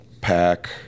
pack